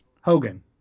Hogan